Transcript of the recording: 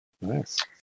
Nice